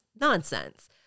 nonsense